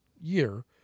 year